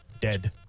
dead